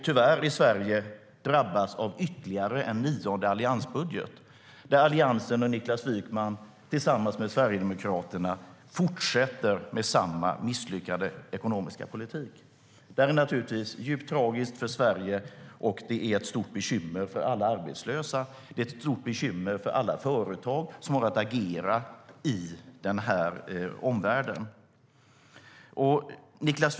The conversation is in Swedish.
Tyvärr har Sverige drabbats av en nionde alliansbudget där Alliansen och Niklas Wykman tillsammans med Sverigedemokraterna fortsätter med samma misslyckade ekonomiska politik. Det är djupt tragiskt för Sverige och ett stort bekymmer för alla arbetslösa och för alla företag som har att agera i vår omvärld. Herr talman!